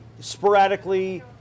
sporadically –